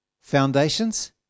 Foundations